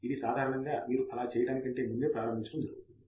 ఇది సాధారణంగా మీరు అలా చేయటానికంటే ముందే ప్రారంభించడం జరుగుతుంది